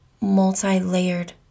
multi-layered